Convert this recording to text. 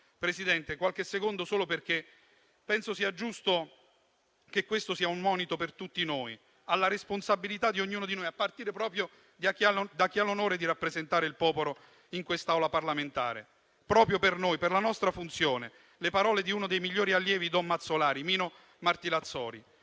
prenderò ancora qualche secondo solo perché penso sia giusto che questo sia un monito per tutti noi alla responsabilità di ognuno di noi, a partire proprio da chi ha l'onore di rappresentare il popolo in quest'Aula parlamentare. Proprio per noi, per la nostra funzione, uno dei migliori allievi di don Mazzolari, Mino Martinazzoli,